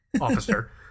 Officer